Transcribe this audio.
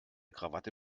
krawatte